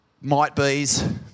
might-bees